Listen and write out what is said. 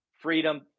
freedom